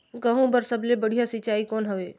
गहूं बर सबले बढ़िया सिंचाई कौन हवय?